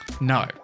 no